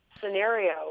scenario